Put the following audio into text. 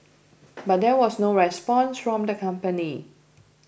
but there was no response from the company